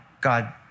God